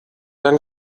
dann